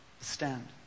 Stand